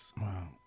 Wow